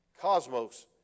Cosmos